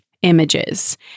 images